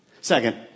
second